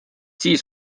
siis